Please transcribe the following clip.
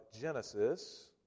Genesis